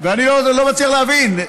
ואני לא מצליח להבין.